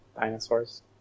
dinosaurs